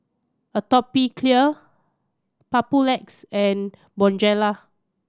Atopiclair Papulex and Bonjela